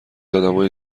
ادمای